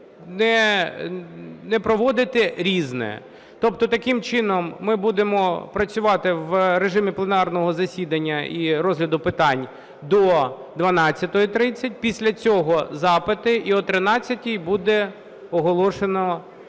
не проводити "Різне". Тобто таким чином ми будемо працювати в режимі пленарного засідання і розгляду питань до 12:30, після цього – запити, і о 13-й буде оголошено про